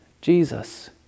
Jesus